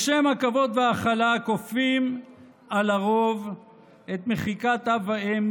בשם הכבוד וההכלה כופים על הרוב מחיקת אב ואם,